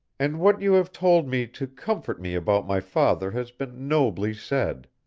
and what you have told me to comfort me about my father has been nobly said.